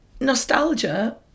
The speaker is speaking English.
Nostalgia